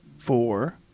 four